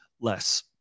less